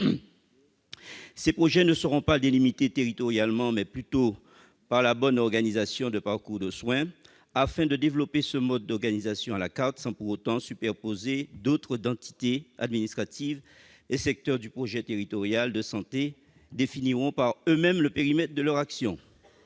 Ces projets ne seront pas délimités territorialement, mais ils procéderont plutôt de la bonne organisation des parcours de soin. Afin de développer ce mode d'organisation « à la carte », sans pour autant superposer trop d'entités administratives, les acteurs du projet territorial de santé définiront par eux-mêmes le périmètre de leur action.